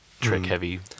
trick-heavy